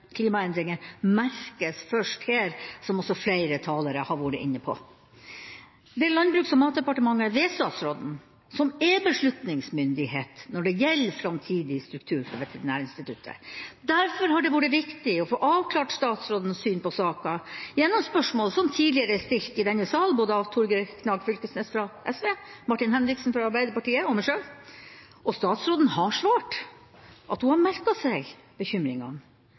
klimaendringer merkes først her, som også flere talere har vært inne på. Det er Landbruks- og matdepartementet, ved statsråden, som er beslutningsmyndighet når det gjelder framtidig struktur for Veterinærinstituttet. Derfor har det vært viktig å få avklart statsrådens syn på saken gjennom spørsmål som tidligere er stilt i denne sal fra både Torgeir Knag Fylkesnes fra SV, Martin Henriksen fra Arbeiderpartiet og meg sjøl. Statsråden har svart at hun har merket seg bekymringene,